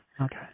Okay